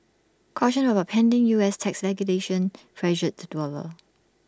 caution about pending U S tax legislation pressured the dollar